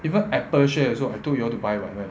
even apple share also I told you all to buy [what] right